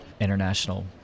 international